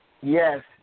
Yes